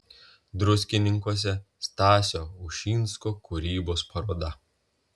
druskininkuose stasio ušinsko kūrybos paroda